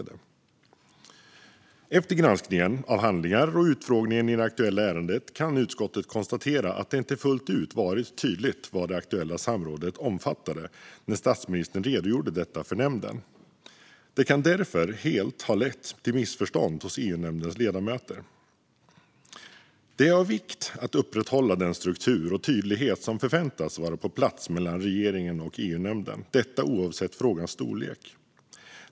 Gransknings-betänkande våren 2021Vissa frågor om regeringens förhållande till riksdagen Efter granskning av handlingar och utfrågning i det aktuella ärendet kan utskottet konstatera att det inte fullt ut var tydligt vad det aktuella samrådet omfattade när statsministern redogjorde detta för nämnden, vilket kan ha lett till missförstånd hos EU-nämndens ledamöter. Det är av vikt att upprätthålla den struktur och tydlighet som förväntas vara på plats mellan regeringen och EU-nämnden, oavsett frågans storlek.